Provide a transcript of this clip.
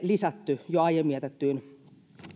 lisätty jo aiemmin jätettyyn